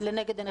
לנגד עיניכם?